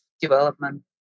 development